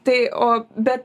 tai o be